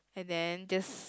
and then just